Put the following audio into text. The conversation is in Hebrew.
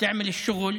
אבו בשאר,